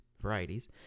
varieties